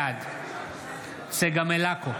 בעד צגה מלקו,